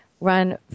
run